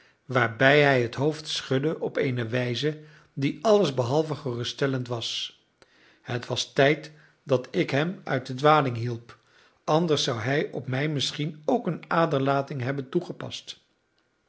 waarbij hij het hoofd schudde op eene wijze die alles behalve geruststellend was het was tijd dat ik hem uit de dwaling hielp anders zou hij op mij misschien ook een aderlating hebben toegepast